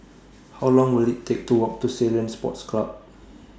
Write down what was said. How Long Will IT Take to Walk to Ceylon Sports Club